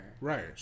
Right